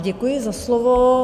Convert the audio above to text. Děkuji za slovo.